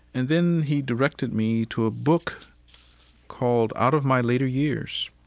and then he directed me to a book called, out of my later years.